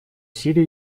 сирии